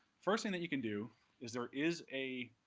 first thing that you can do is there is a